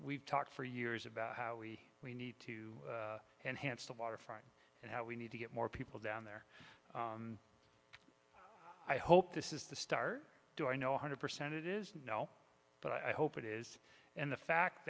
we've talked for years about how we we need to enhance the waterfront and how we need to get more people down there i hope this is the star do i know one hundred percent it is no but i hope it is and the fact